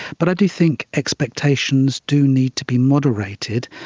but i do think expectations do need to be moderated,